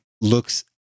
looks